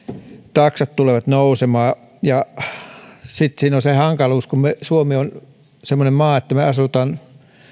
taksat tulevat nousemaan sitten siinä on se hankaluus että kun suomi on semmoinen maa että me asumme